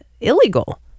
illegal